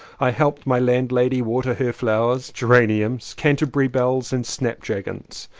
i helped my landlady water her flowers, geraniums, canterbury bells and snap dragons.